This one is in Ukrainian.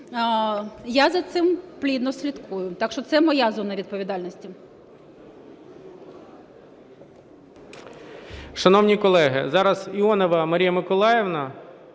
Я за цим плідно слідкую. Так що це моя зона відповідальності.